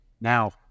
Now